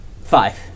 Five